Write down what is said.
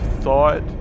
thought